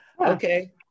Okay